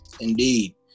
indeed